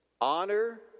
honor